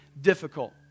difficult